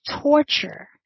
torture